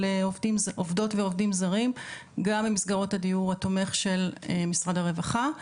עובדות ועובדים זרים גם במסגרות הדיור התומך של משרד הרווחה,